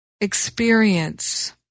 experience